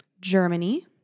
Germany